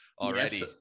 already